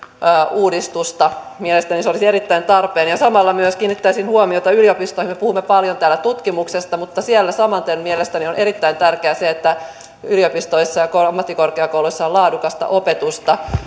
uudistusta mielestäni se olisi erittäin tarpeen samalla myös kiinnittäisin huomiota yliopistoihin me puhumme paljon täällä tutkimuksesta mutta siellä samaten mielestäni on on erittäin tärkeää se että yliopistoissa ja ammattikorkeakouluissa on laadukasta opetusta